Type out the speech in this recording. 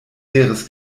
leeres